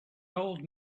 old